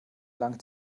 lang